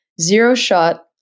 zero-shot